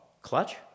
Clutch